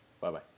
Bye-bye